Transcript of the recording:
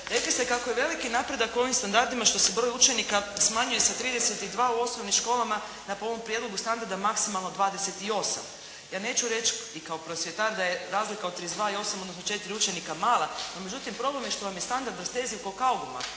rekli ste da je veliki napredak u ovim standardnima što se broj učenika smanjuje sa 32 u osnovnim školama na po ovom prijedlogu standarda maksimalno 28. Ja neću reći ni kao prosvjetar da je razlika od 32 i 28, znači četiri učenika mala, no međutim problem je što je standard rastezljiv kao kauguma,